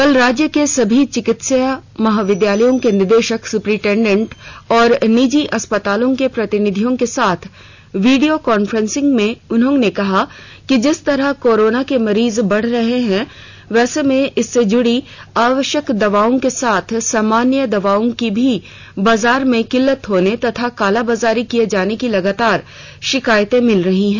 कल राज्य के सभी चिकित्सा महाविद्यालयों के निदेशक सुपरिटेंडेंट और निजी अस्पतालों के प्रतिनिधियों के साथ वीडियो काफ्रेंसिंग में उन्होंने कहा कि जिस तरह कोरोना के मरीज बढ़ रहे हैं वैसे में इससे जुड़ी आवश्यक दवाओं के साथ सामान्य दवाओं की भी बाजार में किल्लत होने तथा कालाबाजारी किए जाने की लगातार शिकायतें मिल रही हैं